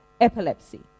epilepsy